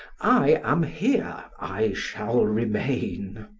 i am here i shall remain.